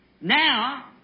now